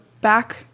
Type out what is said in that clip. back